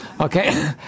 Okay